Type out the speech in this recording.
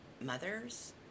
mothers